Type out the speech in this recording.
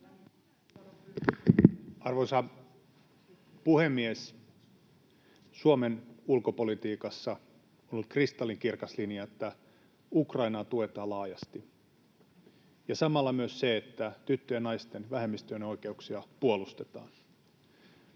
Arvoisa puhemies! Suomen ulkopolitiikassa on ollut kristallinkirkas linja, että Ukrainaa tuetaan laajasti, ja samalla myös se, että tyttöjen, naisten ja vähemmistöjen oikeuksia puolustetaan.